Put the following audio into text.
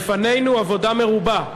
לפנינו עבודה מרובה,